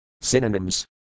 Synonyms